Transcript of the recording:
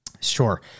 Sure